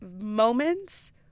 moments